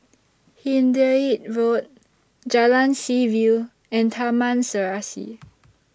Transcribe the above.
Hindhede Road Jalan Seaview and Taman Serasi